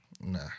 Nah